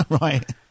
Right